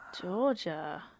Georgia